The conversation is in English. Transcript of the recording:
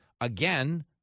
again